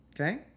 okay